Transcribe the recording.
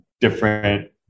different